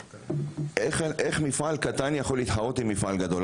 איך מפעל קטן יכול להתחרות עם מפעל גדול?